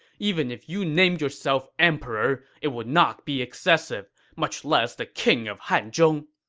even if you named yourself emperor, it would not be excessive, much less the king of hanzhong!